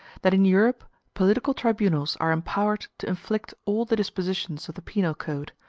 that in europe political tribunals are empowered to inflict all the dispositions of the penal code,